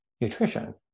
nutrition